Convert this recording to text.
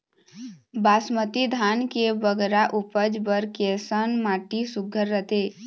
बासमती धान के बगरा उपज बर कैसन माटी सुघ्घर रथे?